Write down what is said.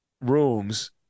rooms